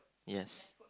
yes